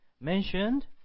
mentioned